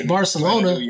Barcelona